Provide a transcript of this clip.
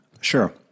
sure